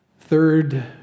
Third